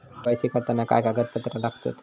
KYC करताना काय कागदपत्रा लागतत?